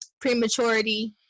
prematurity